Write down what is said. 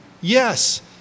yes